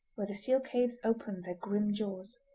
where the seal caves opened their grim jaws.